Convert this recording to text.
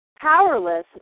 Powerless